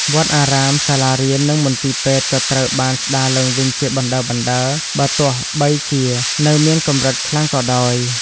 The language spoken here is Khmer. វត្តអារាម សាលារៀន និងមន្ទីរពេទ្យក៏ត្រូវបានស្ដារឡើងវិញជាបណ្ដើរៗ បើទោះបីជានៅមានកម្រិតខ្លាំងក៏ដោយ។